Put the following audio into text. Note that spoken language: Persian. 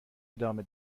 ادامه